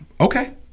Okay